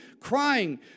crying